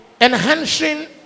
enhancing